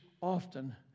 often